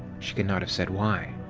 she could not have said why.